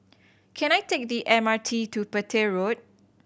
can I take the M R T to Petir Road